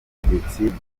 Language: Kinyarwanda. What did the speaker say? butegetsi